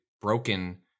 broken